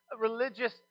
religious